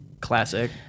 classic